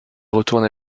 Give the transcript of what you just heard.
retourne